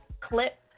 Clip